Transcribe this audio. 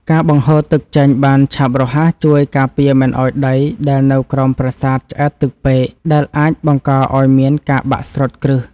ការបង្ហូរទឹកចេញបានឆាប់រហ័សជួយការពារមិនឱ្យដីដែលនៅក្រោមប្រាសាទឆ្អែតទឹកពេក ដែលអាចបង្កឱ្យមានការបាក់ស្រុតគ្រឹះ។